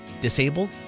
disabled